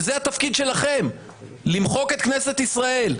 וזה התפקיד שלכם - למחוק את כנסת ישראל.